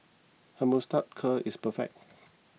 his moustache curl is perfect